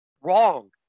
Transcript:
Wrong